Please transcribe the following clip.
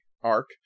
arc